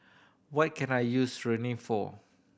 what can I use Rene for